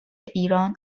ایران